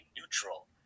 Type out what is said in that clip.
neutral